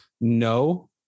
no